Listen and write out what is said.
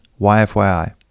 yfyi